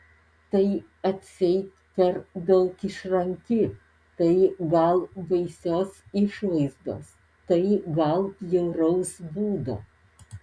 tai atseit per daug išranki tai gal baisios išvaizdos tai gal bjauraus būdo